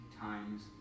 times